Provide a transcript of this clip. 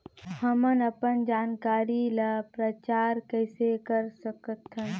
हमन अपन जानकारी ल प्रचार कइसे कर सकथन?